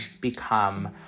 become